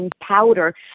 powder